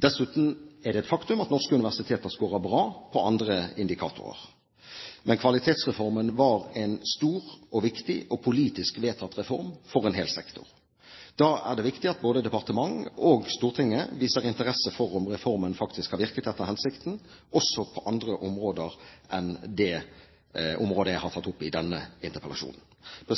Dessuten er det et faktum at norske universiteter scorer bra på andre indikatorer. Men Kvalitetsreformen var en stor og viktig og politisk vedtatt reform for en hel sektor. Da er det viktig at både departementet og Stortinget viser interesse for om reformen faktisk har virket etter hensikten, også på andre områder enn det området jeg har tatt opp i denne interpellasjonen.